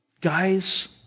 Guys